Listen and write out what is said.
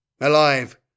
Alive